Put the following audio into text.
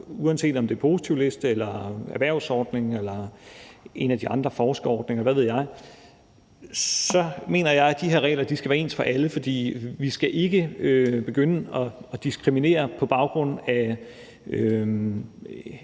uanset om det er positivliste eller erhvervsordningen eller en af de andre forskerordninger – hvad ved jeg – mener jeg, at de her regler skal være ens for alle, for vi skal ikke begynde at diskriminere på baggrund af